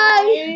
Bye